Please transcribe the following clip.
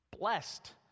blessed